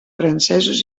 francesos